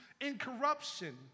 incorruption